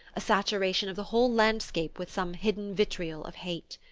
a saturation of the whole landscape with some hidden vitriol of hate.